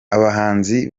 abahanzi